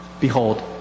Behold